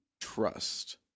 trust